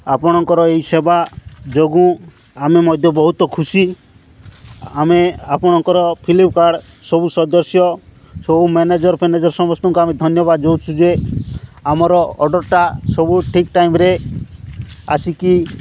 ଆପଣଙ୍କର ଏହି ସେବା ଯୋଗୁଁ ଆମେ ମଧ୍ୟ ବହୁତ ଖୁସି ଆମେ ଆପଣଙ୍କର ଫିଲ୍ପକାର୍ଟ୍ ସବୁ ସଦସ୍ୟ ସବୁ ମ୍ୟାନେଜର୍ ଫେନେଜର୍ ସମସ୍ତଙ୍କୁ ଆମେ ଧନ୍ୟବାଦ ଦେଉଛୁ ଯେ ଆମର ଅର୍ଡ଼ର୍ଟା ସବୁ ଠିକ୍ ଟାଇମ୍ରେ ଆସିକି